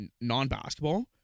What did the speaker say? Non-basketball